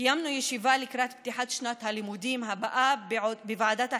קיימנו ישיבה לקראת פתיחת שנת הלימודים הבאה בוועדת החינוך,